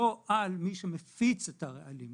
לא על מי שמפיץ על הרעלים.